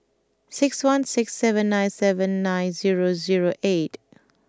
six one six seven nine seven nine zero zero eight